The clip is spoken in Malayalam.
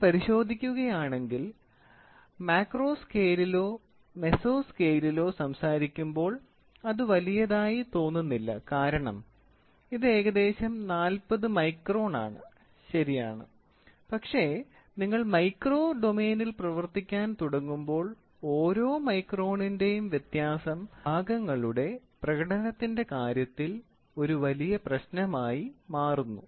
നിങ്ങൾ പരിശോധിക്കുകയാണെങ്കിൽ മാക്രോ സ്കെയിലിലോ മെസോ സ്കെയിലിലോ സംസാരിക്കുമ്പോൾ അത് വലിയതായി തോന്നുന്നില്ല കാരണം ഇത് ഏകദേശം 40 മൈക്രോ ആണ് ശരിയാണ് പക്ഷേ നിങ്ങൾ മൈക്രോ ഡൊമെയ്നിൽ പ്രവർത്തിക്കാൻ തുടങ്ങുമ്പോൾ ഓരോ മൈക്രോണിന്റെയും വ്യത്യാസം ഭാഗങ്ങളുടെ പ്രകടനത്തിന്റെ കാര്യത്തിൽ ഒരു വലിയ പ്രശ്നമായി മാറുന്നു